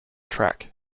track